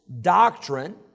doctrine